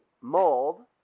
mold